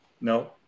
no